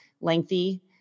lengthy